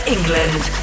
England